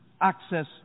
access